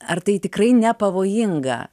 ar tai tikrai nepavojinga